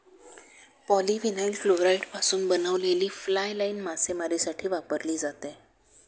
polyvinyl क्लोराईडपासून बनवलेली fly line मासेमारीसाठी वापरली जाते